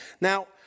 Now